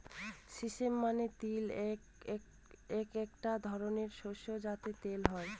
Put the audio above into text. sesame মানে তিল এটা এক ধরনের শস্য যাতে তেল হয়